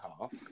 half